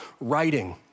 writing